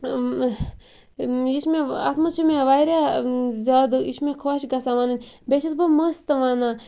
یہِ چھِ مےٚ اتھ مَنٛز چھِ مےٚ واریاہ زیادٕ یہِ چھ مےٚ خۄش گَژھان وَننۍ بیٚیہِ چھَس بہٕ مَس تہٕ وَنَان